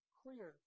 clear